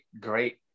great